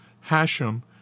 Hashem